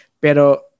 Pero